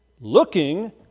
looking